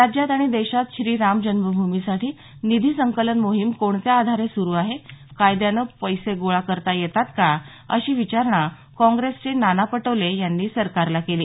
राज्यात आणि देशात श्रीराम जन्मभूमीसाठी निधी संकलन मोहीम कोणत्या आधारे सुरू आहे कायद्यानं पैसे गोळा करता येतात का अशी विचारणा काँगेसचे नाना पटोले यांनी सरकारला विचारणा केली